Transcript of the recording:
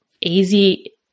easy